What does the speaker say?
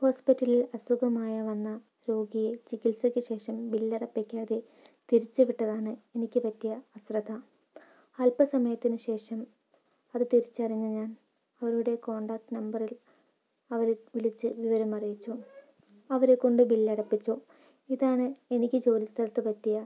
ഹോസ്പിറ്റലിൽ അസുഖമായി വന്ന രോഗിയെ ചികിത്സക്കുശേഷം ബില്ലടപ്പിക്കാതെ തിരിച്ചു വിട്ടതാണ് എനിക്ക് പറ്റിയ അശ്രദ്ധ അൽപ്പസമയത്തിനു ശേഷം അതു തിരിച്ചറിഞ്ഞ ഞാൻ രോഗിയുടെ കോൺടാക്ട് നമ്പറിൽ അവരെ വിളിച്ച് വിവരമറിയിച്ചു അവരെക്കൊണ്ട് ബില്ലടപ്പിച്ചു ഇതാണ് എനിക്ക് ജോലി സ്ഥലത്ത് പറ്റിയ